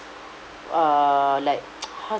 err like how